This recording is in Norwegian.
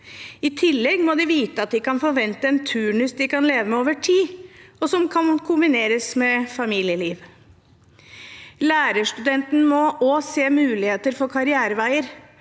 I tillegg må de vite at de kan forvente en turnus de kan leve med over tid, og som kan kombineres med familieliv. Lærerstudentene må også se muligheter for karriereveier.